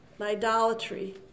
idolatry